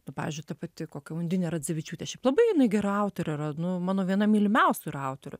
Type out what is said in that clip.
nu pavyzdžiui ta pati kokia undinė radzevičiūtė šiaip labai gera autorė yra nu mano viena mylimiausių yra autorių